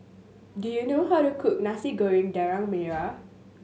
do you know how to cook Nasi Goreng Daging Merah